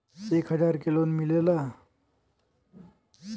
एक हजार के लोन मिलेला?